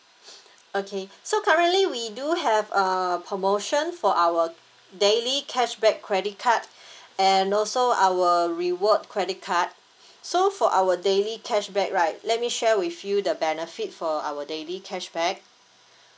okay so currently we do have uh promotion for our daily cashback credit card and also our reward credit card so for our daily cashback right let me share with you the benefit for our daily cashback